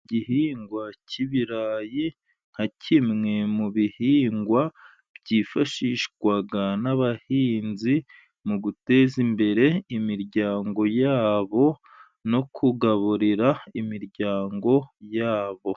Igihingwa cy'ibirayi nka kimwe mu bihingwa byifashishwa n'abahinzi, mu guteza imbere imiryango yabo no kugaburira imiryango yabo.